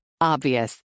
Obvious